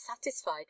satisfied